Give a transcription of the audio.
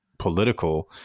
political